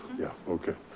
yeah. okay.